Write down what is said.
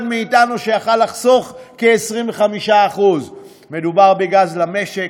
מאתנו שיכול לחסוך כ-25%; מדובר בגז למשק,